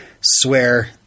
swear